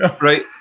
right